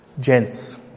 Gents